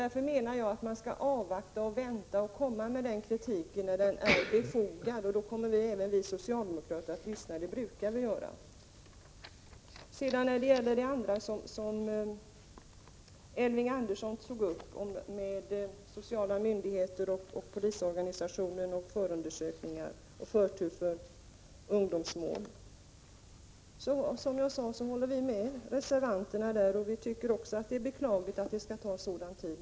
Därför menar jag att man skall avvakta och komma med kritiken först när den är befogad. Då skall vi socialdemokrater lyssna; det brukar vi göra. När det gäller det andra som Elving Andersson tog upp, sociala myndigheter, polisorganisationen, förundersökningar och förtur för ungdomsmål, håller vi med reservanterna om att det är beklagligt att det skall ta sådan tid.